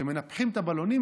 כשמנפחים את הבלונים,